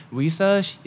research